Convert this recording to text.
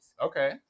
Okay